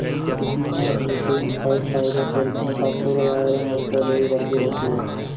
कुटकी मैं protein, fat, fibre, calcium, phosphorus, iron और कैलोरी भरपूर होती है